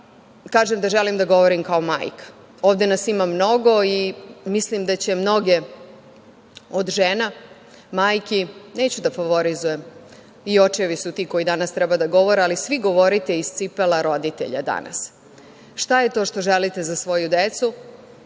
kažem da želim da govorim kao majka. Ovde nas ima mnogo i mislim da će mnoge od žena, majki, neću da favorizujem, i očevi su ti koji danas treba da govore, ali svi govorite iz cipela roditelja danas, šta je to što želite za svoju decu,